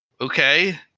okay